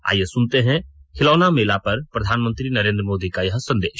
आइये सुनते हैं खिलौना मेला पर प्रधानमंत्री नरेन्द्र मोदी का यह संदेश